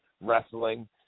wrestling